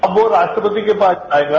अब वोराष्ट्रपति के पास जाएगा